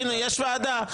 הינה, יש ועדה.